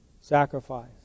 sacrifice